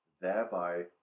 thereby